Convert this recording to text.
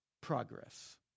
progress